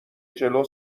جلو